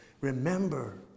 Remember